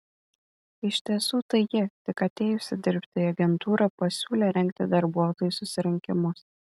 iš tiesų tai ji tik atėjusi dirbti į agentūrą pasiūlė rengti darbuotojų susirinkimus